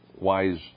wise